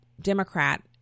Democrat